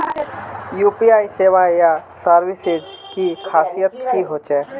UPI सेवाएँ या services की खासियत की होचे?